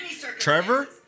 Trevor